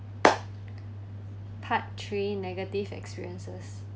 part three negative experiences